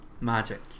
magic